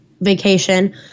vacation